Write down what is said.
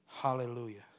Hallelujah